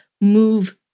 move